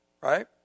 Right